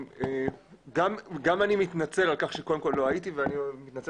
גם אני מתנצל על כך שלא הייתי ואני מתנצל